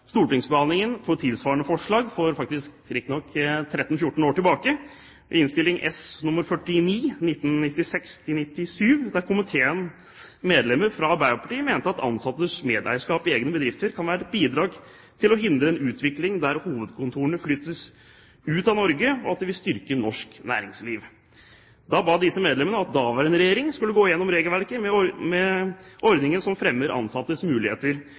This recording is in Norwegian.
stortingsbehandlingen for tilsvarende forslag, riktig nok for 13–14 år tilbake, i Innst. S. nr. 49 for 1996–1997, der komiteens medlemmer fra Arbeiderpartiet mente at ansattes medeierskap i egne bedrifter kan være et bidrag til å hindre en utvikling der hovedkontorene flyttes ut av Norge, og at det vil styrke norsk næringsliv. Da ba disse medlemmene om at den daværende regjering skulle gå gjennom regelverket med ordningen som fremmer ansattes muligheter